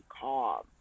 calm